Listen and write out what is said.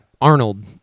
Arnold